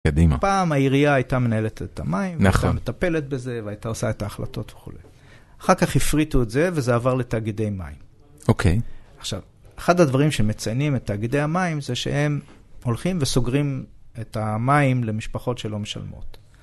קדימה... פעם העירייה הייתה מנהלת את המים, הייתה מטפלת בזה והייתה עושה את ההחלטות וכו׳. אחר כך הפריטו את זה וזה עבר לתאגידי מים. אוקיי. עכשיו, אחד הדברים שמציינים את תאגידי המים זה שהם הולכים וסוגרים את המים למשפחות שלא משלמות.